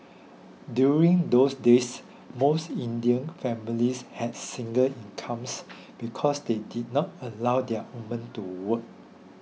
during those days most Indian families has single incomes because they did not allow their women to work